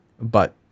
but-